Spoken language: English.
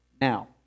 now